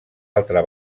altra